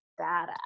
badass